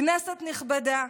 כנסת נכבדה,